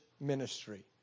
ministry